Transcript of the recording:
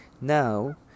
Now